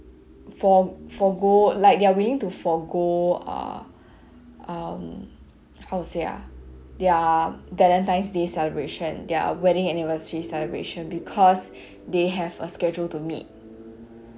for~ forgo like they're willing to forgo ah um how to say ah their valentine's day celebration their wedding anniversary celebration because they have a schedule to meet